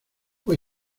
fue